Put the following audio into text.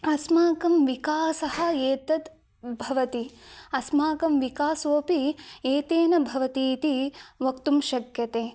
अस्माकं विकासः एतत् भवति अस्माकं विकासोऽपि एतेन भवति इति वक्तुं शक्यते